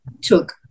took –